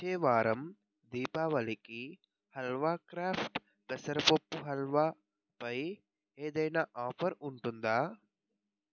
వచ్చే వారం దీపావళికి హల్వా క్రాఫ్ట్ పెసరపప్పు హల్వా పై ఏదైనా ఆఫర్ ఉంటుందా